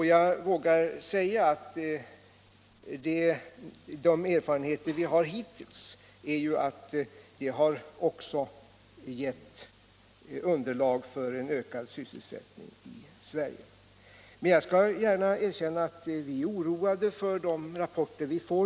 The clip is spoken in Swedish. Jag vågar säga att de erfarenheter vi har hittills är att det också 19 januari 1977 har givit underlag för en ökad sysselsättning i Sverige. pA ror Jag skall gärna erkänna att vi är oroade för de rapporter vi nu får.